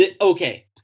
okay